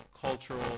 cultural